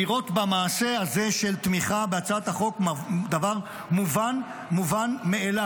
לראות במעשה הזה של תמיכה בהצעת החוק דבר מובן מאליו.